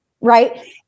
Right